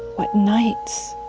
what nights,